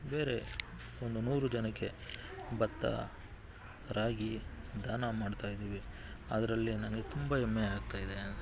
ಬೇರೆ ಒಂದು ನೂರು ಜನಕ್ಕೆ ಭತ್ತ ರಾಗಿ ದಾನ ಮಾಡ್ತಾಯಿದ್ದೀವಿ ಅದರಲ್ಲಿ ನನಗೆ ತುಂಬ ಹೆಮ್ಮೆ ಆಗ್ತಾಯಿದೆ